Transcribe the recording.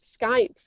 Skype